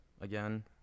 again